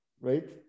right